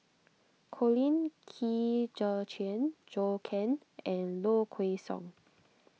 Colin Qi Zhe Quan Zhou Can and Low Kway Song